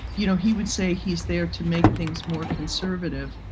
you know, he would say he's there to make things more conservative.